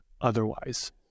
otherwise